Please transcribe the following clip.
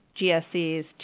GSEs